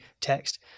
text